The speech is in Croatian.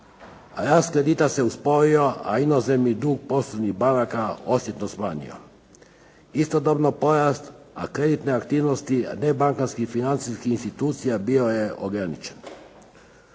Rast kredita se usporio, a inozemni dug poslovnih banaka osjetno smanjio. Istodobno porast kreditne aktivnosti nebankarskih financijskih institucija bio je ograničen.